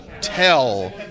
tell